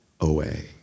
away